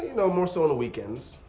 you know, more so on the weekends.